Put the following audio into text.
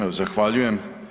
Evo zahvaljujem.